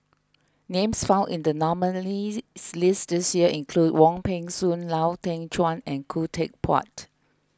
names found in the nominees' list this year include Wong Peng Soon Lau Teng Chuan and Khoo Teck Puat